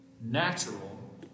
natural